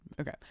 Okay